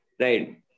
Right